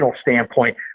standpoint